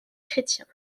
chrétiens